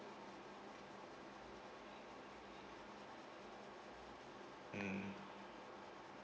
mm